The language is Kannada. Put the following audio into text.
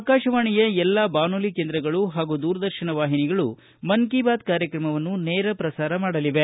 ಆಕಾಶವಾಣಿಯ ಎಲ್ಲಾ ಬಾನುಲಿ ಕೇಂದ್ರಗಳು ಹಾಗೂ ದೂರದರ್ಶನ ವಾಹಿನಿಗಳು ಮನ್ ಕಿ ಬಾತ್ ಕಾರ್ಯಕ್ರಮವನ್ನು ನೇರ ಪ್ರಸಾರ ಮಾಡಲಿವೆ